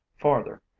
farther